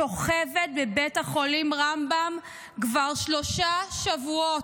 שוכבת בבית החולים רמב"ם כבר שלושה שבועות,